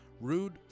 Rude